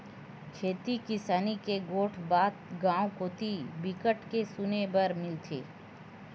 खेती किसानी के गोठ बात गाँव कोती बिकट के सुने बर मिलथे